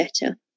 better